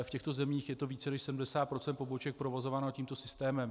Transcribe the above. V těchto zemích je to více než 70 % poboček provozováno tímto systémem.